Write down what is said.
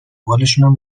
بالشونم